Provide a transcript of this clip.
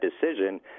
decision